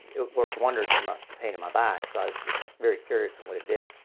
it worked wonders for ah the pain in my back so i was very curious in what it did.